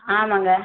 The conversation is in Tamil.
ஆமாம்ங்க